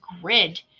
grid